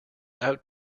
out